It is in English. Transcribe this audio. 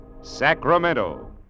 Sacramento